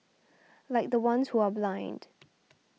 like the ones who are blind